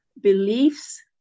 beliefs